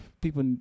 people